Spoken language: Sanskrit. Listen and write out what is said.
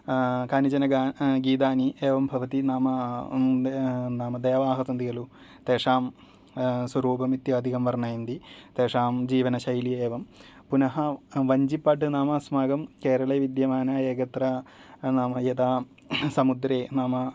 कानिचन गीतानि एवं भवति नाम देवाः सन्ति खलु तेषां स्वरूपम् इत्यादिकं वर्णयन्ति तेषां जीवनशैली एवं पुनः वञ्जिप्पाट्ट् नाम अस्माकं केरले विद्यमान एकत्र नाम यदा समुद्रे नाम